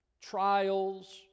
trials